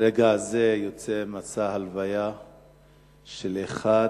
ברגע זה יוצא מסע ההלוויה של אחד